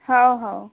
हो हो